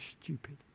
stupid